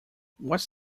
what’s